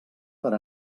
per